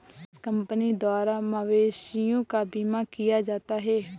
इस कंपनी द्वारा मवेशियों का बीमा किया जाता है